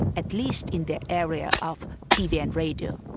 at least in the area of tv and radio.